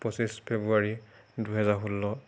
পঁচিছ ফেব্ৰুৱাৰী দুহেজাৰ ষোল্ল